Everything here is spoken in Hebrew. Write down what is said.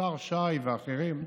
השר שי ואחרים: